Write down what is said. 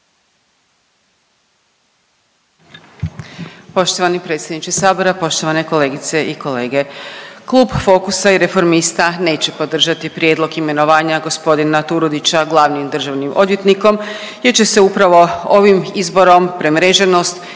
Poštovani predsjedniče sabora, poštovane kolegice i kolege, Klub Fokusa i Reformista neće podržati prijedlog imenovanja gospodina Turudića glavnim državnim odvjetnikom jer će se upravo ovim izborom premreženost